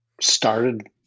started